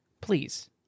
please